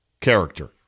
character